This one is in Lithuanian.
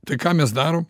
tai ką mes darom